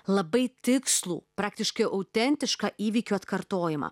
labai tikslų praktiškai autentišką įvykių atkartojimą